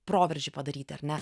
proveržį padaryti ar ne